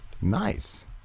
Nice